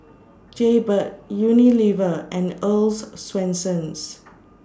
Jaybird Unilever and Earl's Swensens